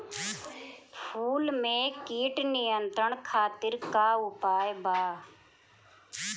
फूल में कीट नियंत्रण खातिर का उपाय बा?